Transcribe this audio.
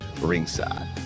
ringside